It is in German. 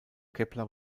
kepler